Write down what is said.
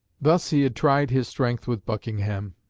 thus he had tried his strength with buckingham.